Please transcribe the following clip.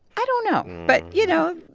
i don't know. but, you know,